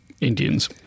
Indians